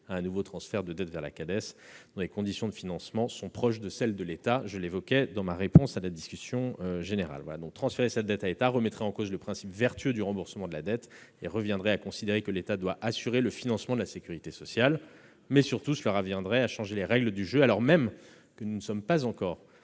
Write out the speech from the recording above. à un nouveau transfert de dette vers la Cades, dont les conditions de financement sont proches de celles de l'État, je l'ai dit précédemment. Transférer cette dette à l'État remettrait en cause le principe vertueux du remboursement de la dette et reviendrait à considérer que l'État doit assurer le financement de la sécurité sociale. Surtout, cela reviendrait à changer les règles du jeu, alors même que nous ne sommes pas encore